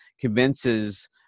convinces